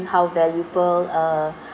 how valuable uh